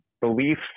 Belief